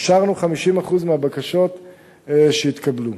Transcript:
אישרנו 50% מהבקשות שהתקבלו.